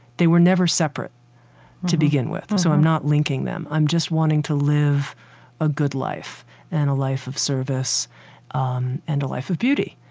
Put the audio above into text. they were never separate to begin with, so i'm not linking them. i'm just wanting to live a good life and a life of service um and a life of beauty.